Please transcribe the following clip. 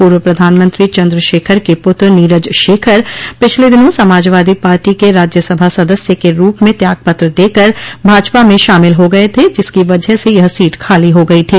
पूर्व प्रधानमंत्री चन्द्रशेखर के पुत्र नीरज शेखर पिछले दिनों समाजवादी पार्टी के राज्यसभा सदस्य के रूप में त्यागपत्र देकर भाजपा में शामिल हो गये थे जिसकी वजह से यह सीट खाली हो गई थी